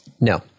No